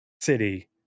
city